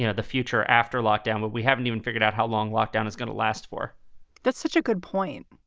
you know the future after lockdown. but we haven't even figured out how long lockdown is going to last for that's such a good point,